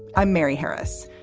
i'm mary harris.